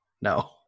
no